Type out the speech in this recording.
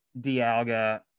Dialga